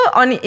on